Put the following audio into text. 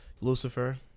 Lucifer